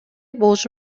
болушу